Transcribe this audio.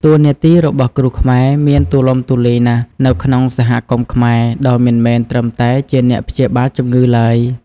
តួនាទីរបស់គ្រូខ្មែរមានទូលំទូលាយណាស់នៅក្នុងសហគមន៍ខ្មែរ ដោយមិនមែនត្រឹមតែជាអ្នកព្យាបាលជំងឺឡើយ។